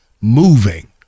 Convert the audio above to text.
moving